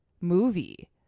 movie